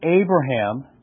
Abraham